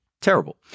terrible